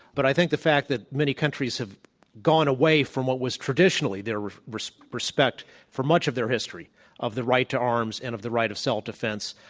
but i think the fact that many countries have gone away from what was traditionally their respect for much of their history of the right to arms and of the right of self-defense,